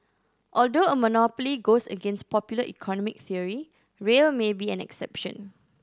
although a monopoly goes against popular economic theory rail may be an exception